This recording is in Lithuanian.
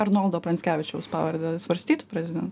arnoldo pranckevičiaus pavardę svarstytų prezidentas